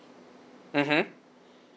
mmhmm